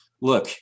Look